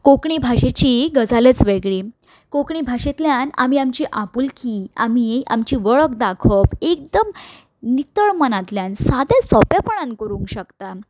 कोंकणी भाशेची गजालच वेगळी कोंकणी भाशेंतल्यान आमी आमची आपुलकी आमी आमची वळख दाखोवप एकदम नितळ मनांतल्यान सादें सोंपेंपणान करूंक शकता